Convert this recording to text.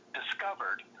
discovered